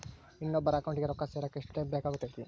ಇನ್ನೊಬ್ಬರ ಅಕೌಂಟಿಗೆ ರೊಕ್ಕ ಸೇರಕ ಎಷ್ಟು ಟೈಮ್ ಬೇಕಾಗುತೈತಿ?